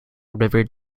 river